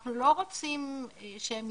אנחנו לא רוצים שהם